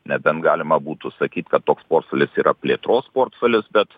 nebent galima būtų sakyti kad toks portfelis plėtros formalius bet